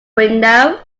window